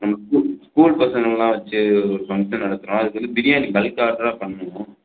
நம்ம school school பசங்களெலாம் வைச்சு ஒரு ஃபங்க்ஷன் நடத்துகிறோம் அதுக்கு வந்து பிரியாணி பல்க் ஆர்டராக பண்ணணும்